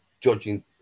judging